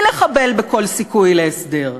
בלי לחבל בכל סיכוי להסדר.